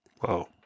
Whoa